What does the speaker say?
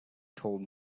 told